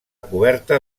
coberta